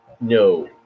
No